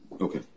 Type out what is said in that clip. Okay